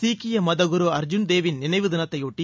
சீக்கிய மதகுரு அர்ஜுன் தேவின் நினைவுதினத்தையொட்டி